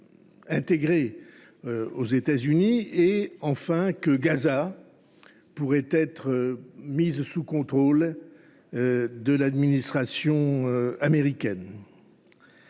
intégré aux États Unis et enfin que Gaza pourrait être placée sous contrôle de l’administration américaine.